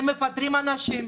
הם מפטרים אנשים,